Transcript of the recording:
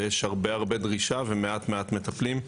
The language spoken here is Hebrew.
יש הרבה הרבה דרישה, ומעט מעט מטפלים.